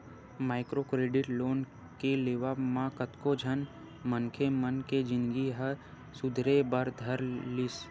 micro credit loan के लेवब म कतको झन मनखे मन के जिनगी ह सुधरे बर धर लिस